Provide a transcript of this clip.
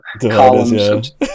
columns